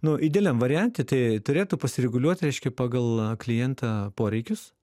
nu idealiam variante tai turėtų pasireguliuot reiškia pagal a klientą poreikius